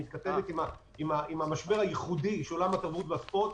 שמתכתבת עם המשבר הייחודי של עולם התרבות והספורט.